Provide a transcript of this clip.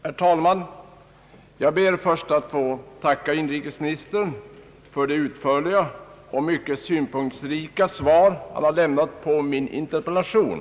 Herr talman! Jag ber först att få tacka inrikesministern för det utförliga och mycket synpunktsrika svar som han lämnat på min interpellation.